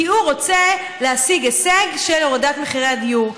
כי הוא רוצה להשיג הישג של הורדת מחירי הדיור.